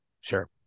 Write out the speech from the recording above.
Sure